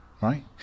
right